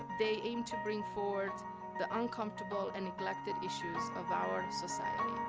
they aim to bring forward the uncomfortable and neglected issues of our society.